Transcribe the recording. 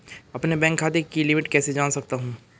अपने बैंक खाते की लिमिट कैसे जान सकता हूं?